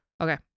Okay